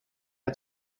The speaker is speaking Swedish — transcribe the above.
att